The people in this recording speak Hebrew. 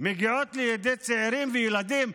מגיעות לידי צעירים וילדים.